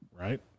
Right